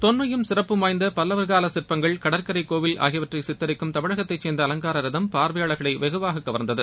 தொன்மையும் சிறப்பும் வாய்ந்த பல்லவர் கால சிற்பங்கள் கடற்கரை கோவில் ஆகியவற்றை சித்தரிக்கும் தமிழகத்தை சேர்ந்த அலங்கார ரதம் பார்வையாளர்களை வெகுவாக கவர்ந்தது